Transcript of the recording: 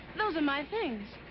those are my things.